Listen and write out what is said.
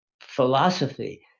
philosophy